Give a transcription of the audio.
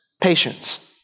patience